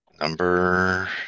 number